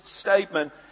statement